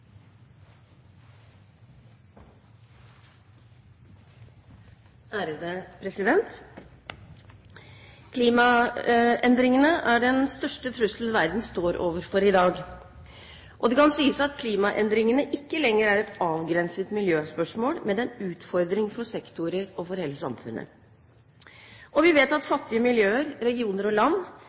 Klimaendringene er den største trussel verden står overfor i dag. Det kan sies at klimaendringene ikke lenger er et avgrenset miljøspørsmål, men det er en utfordring for sektorer og for hele samfunnet. Vi vet at fattige miljøer, regioner og land